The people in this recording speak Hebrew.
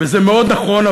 וזה מאוד נכון,